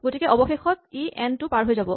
গতিকে অৱশেষত ই এন টো পাৰ হৈ যাব